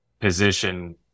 position